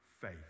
faith